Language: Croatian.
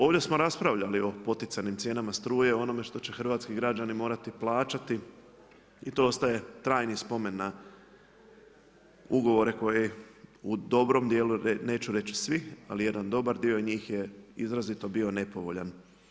Ovdje smo raspravljali o poticajnim cijenama struje o onome što će hrvatski građani morati plaćati i to ostaje trajni spomen na ugovore koji u dobrom dijelu, neću reći svi, ali jedan dobar dio njih je izrazito bio nepovoljan.